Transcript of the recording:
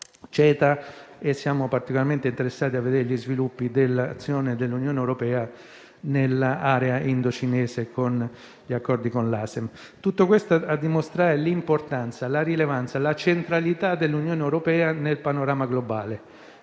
(CETA) e siamo particolarmente interessati a vedere gli sviluppi dell'azione dell'Unione europea nell'area indocinese con gli accordi con l'ASEAN. Tutto questo dimostra l'importanza, la rilevanza e la centralità dell'Unione europea nel panorama globale.